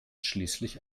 schließlich